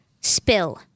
Spill